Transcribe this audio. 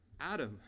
Adam